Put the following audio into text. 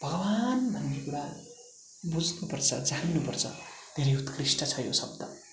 भगवान् भन्ने कुरा बुझ्नुपर्छ जान्नु पर्छ धेरै उत्कृष्ट छ यो शब्द